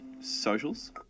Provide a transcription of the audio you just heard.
socials